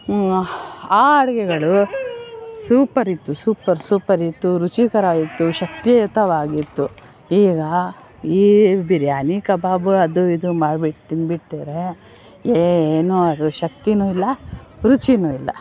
ಆ ಅಡುಗೆಗಳು ಸೂಪರಿತ್ತು ಸೂಪರ್ ಸೂಪರಿತ್ತು ರುಚಿಕರ ಇತ್ತು ಶಕ್ತಿಯುತವಾಗಿತ್ತು ಈಗ ಈ ಬಿರಿಯಾನಿ ಕಬಾಬು ಅದು ಇದು ಮಾಡಿಬಿಟ್ಟು ತಿನ್ಬಿಡ್ತಾರೆ ಏನು ಅದು ಶಕ್ತಿಯೂ ಇಲ್ಲ ರುಚಿಯೂ ಇಲ್ಲ